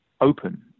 open